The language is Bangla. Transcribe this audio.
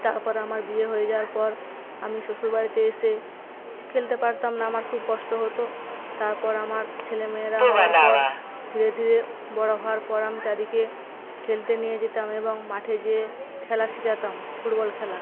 তারপর আমার বিয়ে হয়ে যাওয়ার পর আমি শ্বশুরবাড়িতে এসে খেলতে পারতাম না আমার খুব কষ্ট হতো তারপর আমার ছেলে মেয়েরা হওয়ার পর ধীরে ধীরে বড়ো হওয়ার পর আমি তাদেরকে খেলতে নিয়ে যেতাম এবং মাঠে যেয়ে খেলা শেখাতাম ফুটবল খেলা